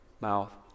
mouth